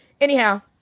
Anyhow